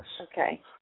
Okay